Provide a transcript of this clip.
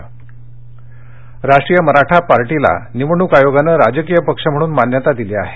राष्ट्रीय मराठा पार्टी राष्ट्रीय मराठा पार्टीला निवडणूक आयोगानं राजकीय पक्ष म्हणून मान्यता दिली आहे